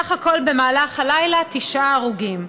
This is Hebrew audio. סך הכול, במהלך הלילה, תשעה הרוגים.